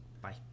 Bye